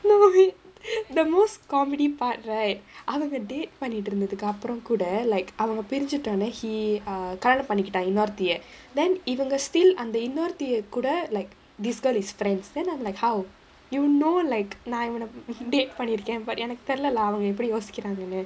no we the most comedy part right அவங்க:avanga date பண்ணிட்டு இருந்ததுக்கு அப்பரம் கூட:pannittu irunthathukku apparam kooda like அவங்க பிரிஞ்சிட்டோன:avanga pirinjittona he err கல்யாண பண்ணிகிட்டான் இன்னொருத்திய:kalyaana pannikittan innoruthiya then இவங்க:ivanga still அந்த இன்னொருத்திய கூட:andha innoruthiya kooda like this girl is friends then I'm like how you know like நா இவன:naa ivana date பண்ணிருக்கேன்:pannirukkaen but எனக்கு தெரில:enakku therila lah அவங்க எப்பிடி யோசிக்குறாங்கனு:avanga eppidi yosikkuraanganu